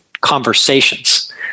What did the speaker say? conversations